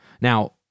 Now